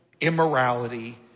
immorality